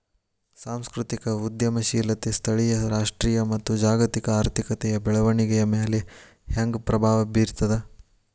ಸಾಂಸ್ಕೃತಿಕ ಉದ್ಯಮಶೇಲತೆ ಸ್ಥಳೇಯ ರಾಷ್ಟ್ರೇಯ ಮತ್ತ ಜಾಗತಿಕ ಆರ್ಥಿಕತೆಯ ಬೆಳವಣಿಗೆಯ ಮ್ಯಾಲೆ ಹೆಂಗ ಪ್ರಭಾವ ಬೇರ್ತದ